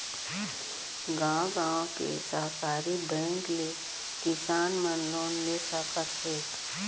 गॉंव गॉंव के सहकारी बेंक ले किसान मन लोन ले सकत हे